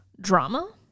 drama